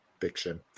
Fiction